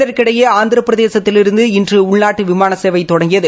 இதற்கிடையே ஆந்திரபிரதேசத்திலிருந்து இன்று உள்நாட்டு விமான சேவை தொடங்கியது